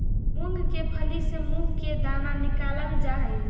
मूंग के फली से मुंह के दाना निकालल जा हई